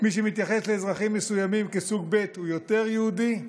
מי שמתייחס לאזרחים מסוימים כסוג ב' הוא יותר יהודי?